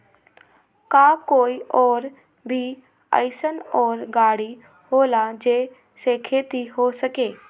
का कोई और भी अइसन और गाड़ी होला जे से खेती हो सके?